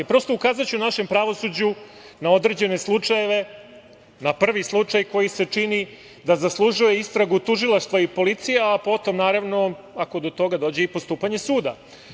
Prosto, ukazaću našem pravosuđu na određene slučajeve, na prvi slučaj koji se čini da zaslužuje istragu tužilaštva i policije, a potom, naravno, ako do toga dođe, i postupanje suda.